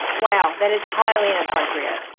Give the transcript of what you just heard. wow, that is highly inappropriate. ah.